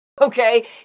Okay